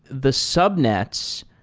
the subnets,